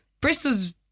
Bristol's